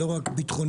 לא רק ביטחוניים.